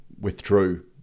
withdrew